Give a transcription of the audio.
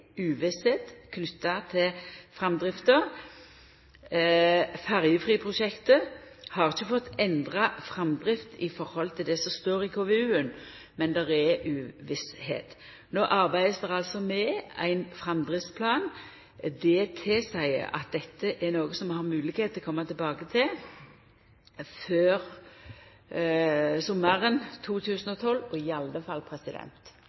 til framdrifta. Ferjefri-prosjektet har ikkje fått endra framdrift i høve til det som står i KVU-en, men det er ei uvisse. No blir det arbeidd med ein framdriftsplan. Det tilseier at dette er noko som vi har moglegheit til å koma tilbake til før